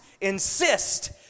insist